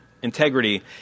integrity